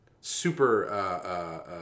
super